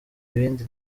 ibindi